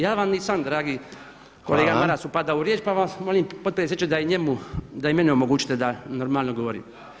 Ja vam nisam dragi kolega Maras upadao u riječ, pa vas molim potpredsjedniče da i njemu, da i meni omogućite da normalno govorim.